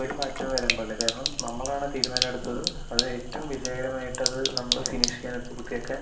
ഒരു മാറ്റവും വരാൻ പാടില്ല കാരണം നമ്മളാണ് തീരുമാനം എടുത്തത് അത് ഏറ്റവും വിജയകരമായിട്ടത് നമ്മൾ ഫിനിഷ് ചെയ്യാൻ അത് പൂർത്തിയാക്കാൻ